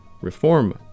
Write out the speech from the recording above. reform